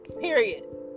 Period